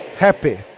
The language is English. Happy